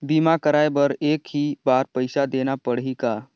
बीमा कराय बर एक ही बार पईसा देना पड़ही का?